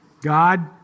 God